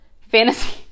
fantasy